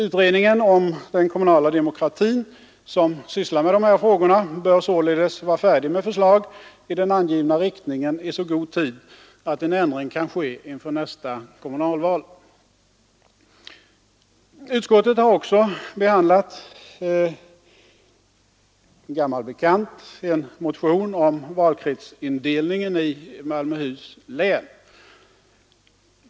Utredningen om den kommunala demokratin som sysslar med dessa frågor bör således vara färdig med förslag i den angivna riktningen i så god tid att en ändring kan ske inför nästa kommunalval. Utskottet har också behandlat en motion om valkretsindelningen i Malmöhus län.